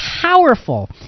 powerful